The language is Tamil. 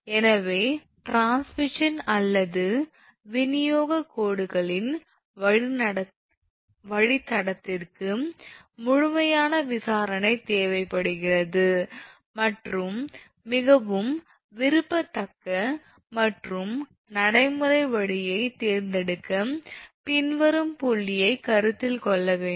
எனவே டிரான்ஸ்மிஷன் அல்லது விநியோகக் கோடுகளின் வழித்தடத்திற்கு முழுமையான விசாரணை தேவைப்படுகிறது மற்றும் மிகவும் விரும்பத்தக்க மற்றும் நடைமுறை வழியைத் தேர்ந்தெடுக்க பின்வரும் புள்ளியைக் கருத்தில் கொள்ள வேண்டும்